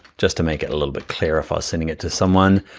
just to make it a little bit clearer, if i was sending it to someone,